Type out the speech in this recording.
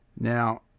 Now